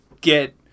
get